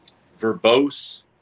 verbose